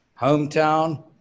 hometown